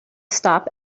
stop